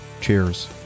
cheers